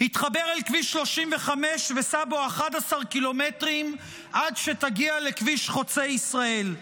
התחבר אל כביש 35 וסע בו 11 ק"מ עד שתגיע לכביש חוצה ישראל.